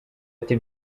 ati